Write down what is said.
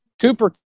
Cooper